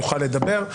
יוכל לדבר.